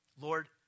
Lord